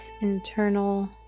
internal